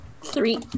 Three